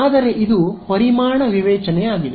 ಆದರೆ ಇದು ಪರಿಮಾಣ ವಿವೇಚನೆಯಾಗಿದೆ